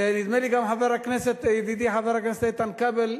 ונדמה לי גם ידידי חבר הכנסת איתן כבל,